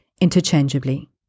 interchangeably